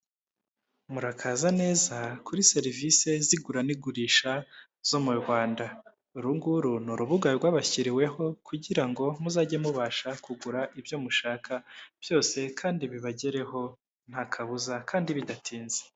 Murakaza neza kuri serivisi z'igura n'igurisha zo mu Rwanda, uru nguru ni urubuga rwabashyiriweho kugira ngo muzajye mubasha kugura ibyo mushaka byose kandi bibagereho nta kabuza kandi bidatinze.